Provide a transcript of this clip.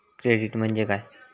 Credit म्हणजे काय?